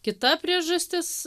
kita priežastis